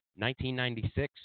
1996